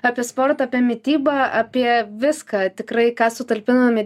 apie sportą apie mitybą apie viską tikrai ką sutalpinom į